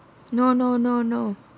no no no no